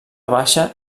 baixa